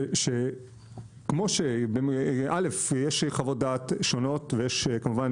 זה שכמו שא' יש חוות דעת שונות ויש כמובן